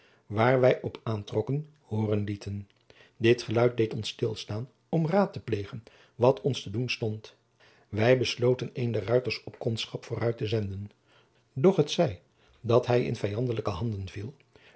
waar wij op aan trokken hooren lieten dit geluid deed ons stilstaan om raad te plegen wat ons te doen stond wij besloten een der ruiters op kondschap vooruit te zenden doch t zij dat hij in vijandelijke handen viel